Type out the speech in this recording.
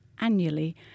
annually